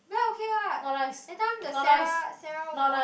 white okay what last time the Sarah Sarah wore